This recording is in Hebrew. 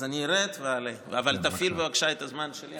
אז אני ארד ואעלה, אבל תפעיל בבקשה את הזמן שלי.